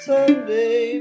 Someday